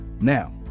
Now